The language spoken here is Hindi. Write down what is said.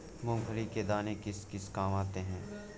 मूंगफली के दाने किस किस काम आते हैं?